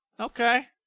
Okay